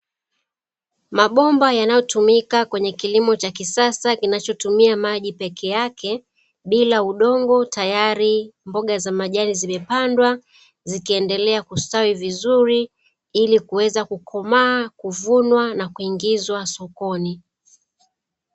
Mabomba yanayotumika kwenye kilimo cha kisasa kinachotumia maji pekeake bila udongo, tayari mboga za majani zimepandwa zikiendelea kustawi vizuri ili kuweza kukomaa, kuvunwa na kuingizwa sokoni.